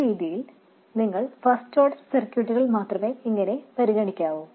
ഈ രീതിയിൽ നിങ്ങൾ ഫസ്റ്റ് ഓർഡർ സർക്യൂട്ടുകൾ മാത്രമേ ഇങ്ങനെ പരിഗണിക്കാവൂ